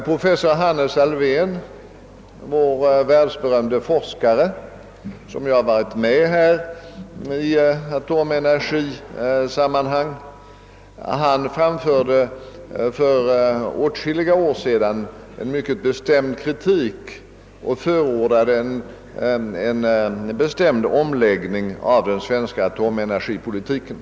Professor Hannes Alfvén — vår världsberömde forskare som ju deltagit i atomenergiarbetet — framförde för åtskilliga år sedan en mycket kraftig kritik och förordade en bestämd omläggning av den svenska atomenergipolitiken.